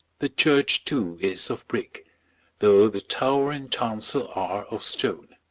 the church, too, is of brick though the tower and chancel are of stone.